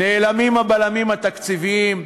נעלמים הבלמים התקציביים,